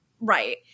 Right